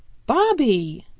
bobby,